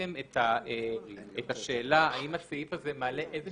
בחנתם את השאלה האם הסעיף הזה מעלה איזה